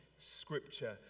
Scripture